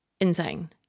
insane